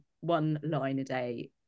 one-line-a-day